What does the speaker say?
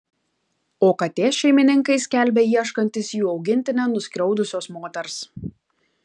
o katės šeimininkai skelbia ieškantys jų augintinę nuskriaudusios moters